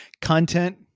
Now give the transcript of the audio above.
Content